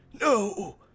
No